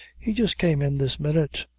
he just came in this minute.